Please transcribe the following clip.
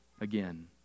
again